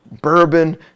bourbon